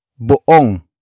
boong